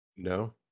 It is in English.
No